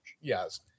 Yes